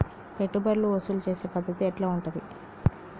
పెట్టుబడులు వసూలు చేసే పద్ధతి ఎట్లా ఉంటది?